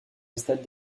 installe